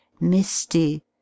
misty